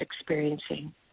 experiencing